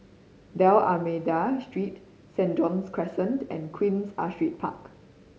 Dalmeida Street St John's Crescent and Queen Astrid Park